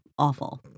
Awful